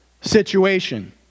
situation